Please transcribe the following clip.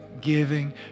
giving